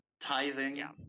tithing